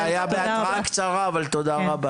חנה, תודה, זה היה בהתראה קצרה, אבל תודה רבה.